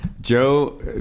Joe